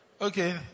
okay